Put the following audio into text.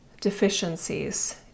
deficiencies